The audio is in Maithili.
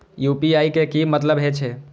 यू.पी.आई के की मतलब हे छे?